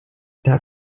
that